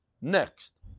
Next